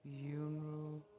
funeral